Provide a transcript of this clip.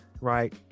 right